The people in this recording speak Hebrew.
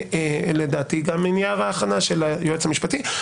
ולדעתי גם מנייר ההכנה של היועץ המשפטי.